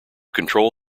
control